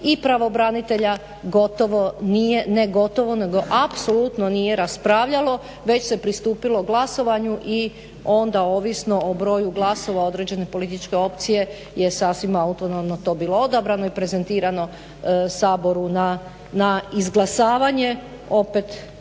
i pravobranitelja, gotovo nije, ne gotovo nego apsolutno nije raspravljalo već se pristupilo glasovanju i onda ovisno o broju glasova određene političke opcije je sasvim autonomno to bilo odabrano i prezentirano Saboru na izglasavanje. Opet